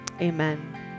Amen